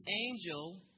angel